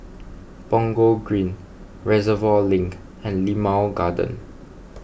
Punggol Green Reservoir Link and Limau Garden